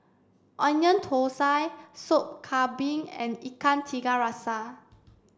Onion Thosai Sop Kambing and Ikan Tiga Rasa